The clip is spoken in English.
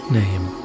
name